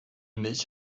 milch